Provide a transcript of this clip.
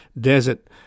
desert